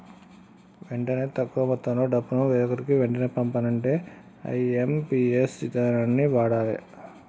వెంటనే తక్కువ మొత్తంలో డబ్బును వేరొకరికి వెంటనే పంపాలంటే ఐ.ఎమ్.పి.ఎస్ ఇదానాన్ని వాడాలే